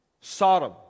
Sodom